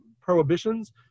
prohibitions